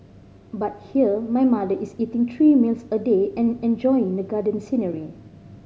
but here my mother is eating three meals a day and enjoying the garden scenery